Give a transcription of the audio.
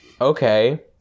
Okay